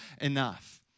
enough